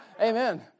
Amen